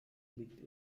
liegt